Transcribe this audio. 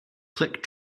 click